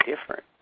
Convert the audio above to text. different